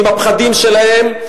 עם הפחדים שלהם,